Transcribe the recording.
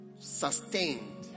sustained